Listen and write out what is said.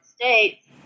States